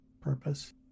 purpose